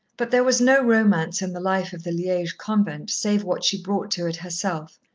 but there was no romance in the life of the liege convent, save what she brought to it herself.